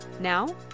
Now